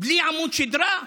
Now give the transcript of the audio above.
בלי עמוד שדרה?